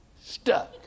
stuck